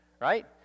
right